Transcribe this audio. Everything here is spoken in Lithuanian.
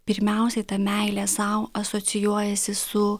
pirmiausiai ta meilė sau asocijuojasi su